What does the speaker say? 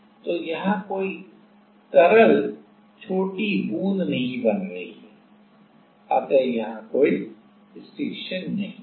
तो यहां कोई तरल छोटी बूंद नहीं बन रही है अतः यहां कोई स्टिक्शन नहीं है